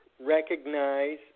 recognize